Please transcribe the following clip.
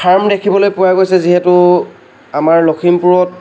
farm দেখিবলৈ পোৱা গৈছে যিহেতু আমাৰ লখিমপুৰত